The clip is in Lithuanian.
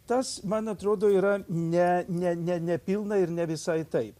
tas man atrodo yra ne ne ne nepilna ir ne visai taip